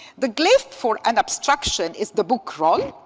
the glyph for an obstruction is the bukral